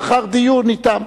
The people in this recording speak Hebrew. לאחר דיון אתם.